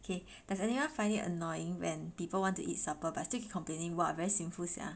okay does anyone find it annoying when people want to eat supper but still keep complaining !wah! very sinful sia